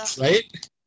right